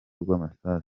rw’amasasu